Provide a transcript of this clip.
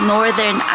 Northern